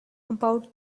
about